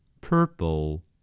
Purple